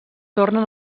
tornen